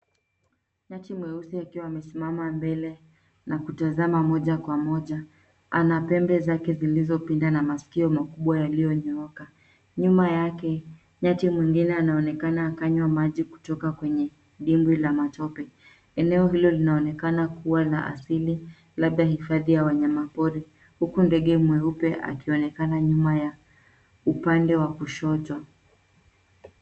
Nyati mweusi akiwa amesimama mbele na kutazama moja kwa moja. Ana pembe zake zilizopinda na maskio makubwa yaliyonyooka. Nyuma yake, nyati mwingine anaonekana akinywa maji kutoka kwenye dimbwi la matope. Eneo hilo linaonekana kuwa la asili, labda hifadhi ya wanyama pori, huku ndege mweupe akionekana nyuma ya upande wa kushoto.